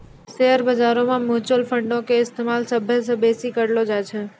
share बजारो मे mutual फंडो के इस्तेमाल सभ्भे से बेसी करलो जाय छै